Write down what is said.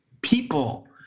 people